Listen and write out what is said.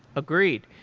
agreed.